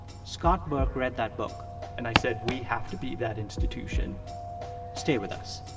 scott burke read that book and i said, we have to be that institution stay with us